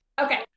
okay